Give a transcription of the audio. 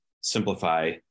simplify